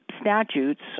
statutes